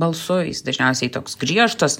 balsu jis dažniausiai toks griežtas